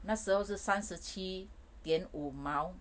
那时候是三十七点五毛